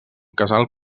casal